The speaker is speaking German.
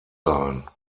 sein